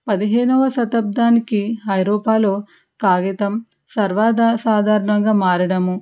పదిహేనవ శతాబ్దానికి ఐరోపాలో కాగితం తర్వాత సర్వదా సాధారణంగా మారడం